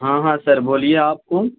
ہاں ہاں سر بولیے آپ کون